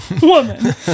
woman